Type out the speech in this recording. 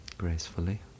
gracefully